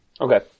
Okay